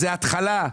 זאת התחלה.